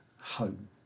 home